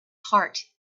heart